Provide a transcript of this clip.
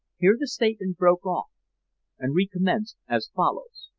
here the statement broke off and recommenced as follows